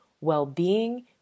well-being